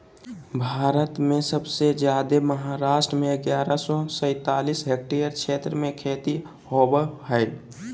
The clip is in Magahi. भारत में सबसे जादे महाराष्ट्र में ग्यारह सौ सैंतालीस हेक्टेयर क्षेत्र में खेती होवअ हई